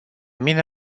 mine